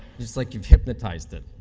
it's like you've hypnotized it.